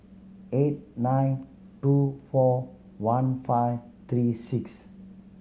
eight nine two four one five three six